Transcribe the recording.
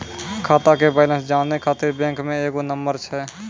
खाता के बैलेंस जानै ख़ातिर बैंक मे एगो नंबर छै?